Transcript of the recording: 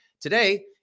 today